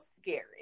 scary